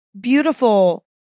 beautiful